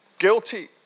Guilty